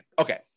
Okay